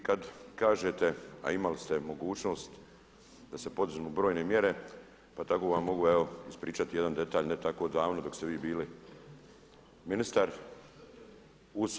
I kada kažete a imali ste mogućnost da se poduzmu brojne mjere, pa tako vam mogu evo ispričati jedan detalj, ne tako davno dok ste vi bili ministar.